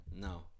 No